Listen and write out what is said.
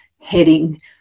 heading